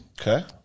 Okay